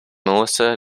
melissa